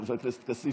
חבר הכנסת כסיף,